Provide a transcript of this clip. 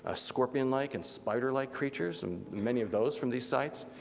ah scorpion-like and spider-like creatures, and many of those from these sites,